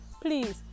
please